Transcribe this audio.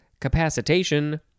Capacitation